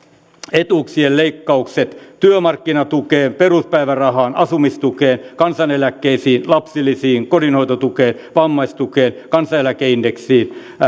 etuuksien leikkaukset työmarkkinatukeen peruspäivärahaan asumistukeen kansaneläkkeisiin lapsilisiin kotihoidon tukeen vammaistukeen kansaneläkeindeksiin